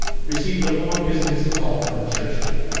received a long-distance call from churchton.